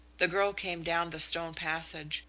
the girl came down the stone passage,